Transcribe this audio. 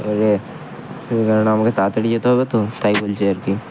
এবারে কেননা আমাকে তাড়াতাড়ি যেতে হবে তো তাই বলছি আর কী